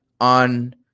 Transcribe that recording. on